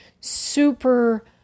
super